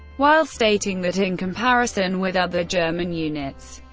while stating that in comparison with other german units,